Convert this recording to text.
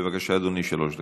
בבקשה, אדוני, שלוש דקות.